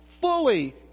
fully